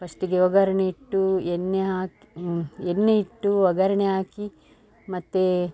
ಫಸ್ಟಿಗೆ ಒಗ್ಗರ್ಣೆ ಇಟ್ಟೂ ಎಣ್ಣೆ ಹಾಕಿ ಎಣ್ಣೆ ಇಟ್ಟು ಒಗ್ಗರ್ಣೆ ಹಾಕಿ ಮತ್ತು